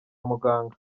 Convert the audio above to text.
muganga